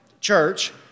church